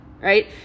right